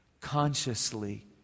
consciously